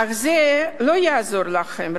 אך זה לא יעזור לכם,